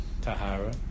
Tahara